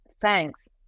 thanks